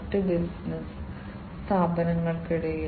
PLC scan cycle ഇങ്ങനെയാണ് കാണപ്പെടുന്നത്